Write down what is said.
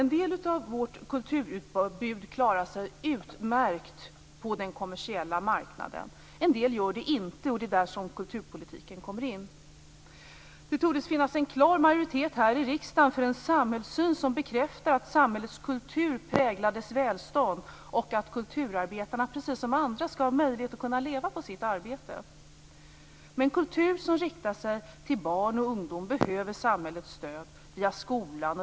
En del av vårt kulturutbud klarar sig utmärkt på den kommersiella marknaden. En del gör det inte. Det är där kulturpolitiken kommer in. Det torde finnas en klar majoritet här i riksdagen för en samhällssyn som bekräftar att samhällets kultur präglar dess välstånd och att kulturarbetarna, precis som andra, skall ha möjlighet att leva på sitt arbete. Men kultur som riktar sig till barn och ungdom behöver samhällets stöd via skolan.